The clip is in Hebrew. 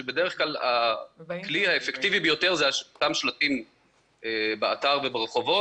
ובדרך כלל הכלי האפקטיבי ביותר זה אותם שלטים באתר וברחובות.